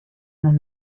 non